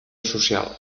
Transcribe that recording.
social